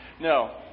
No